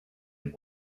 and